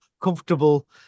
comfortable